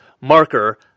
marker